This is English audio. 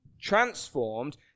transformed